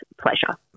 pleasure